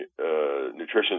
nutrition